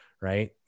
right